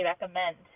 recommend